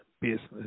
business